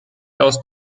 aus